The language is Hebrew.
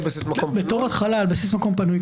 בתור התחלה על בסיס מקום פנוי,